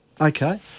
Okay